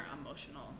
emotional